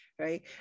Right